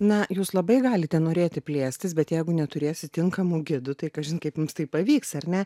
na jūs labai galite norėti plėstis bet jeigu neturėsit tinkamų gidų tai kažin kaip jums tai pavyks ar ne